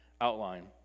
outline